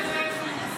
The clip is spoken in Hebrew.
אלהואשלה, אינו